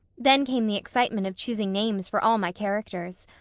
then came the excitement of choosing names for all my characters.